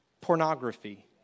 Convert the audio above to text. Pornography